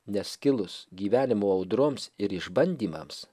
nes kilus gyvenimo audroms ir išbandymams